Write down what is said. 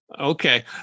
Okay